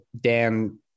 Dan